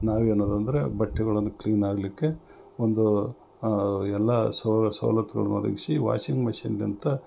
ನಾವೇನೋದಂದ್ರೆ ಬಟ್ಟೆಗಳನ್ನು ಕ್ಲೀನ್ ಆಗಲಿಕ್ಕೆ ಒಂದು ಎಲ್ಲ ಸೌಲತ್ಗಳನ್ನು ಒದಗಿಸಿ ವಾಷಿಂಗ್ ಮಿಶಿನ್ಗಿಂತ